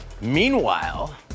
Meanwhile